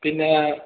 പിന്നേ